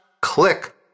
click